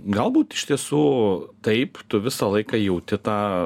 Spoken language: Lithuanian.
galbūt iš tiesų taip tu visą laiką jauti tą